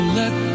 let